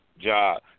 job